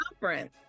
conference